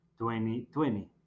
2020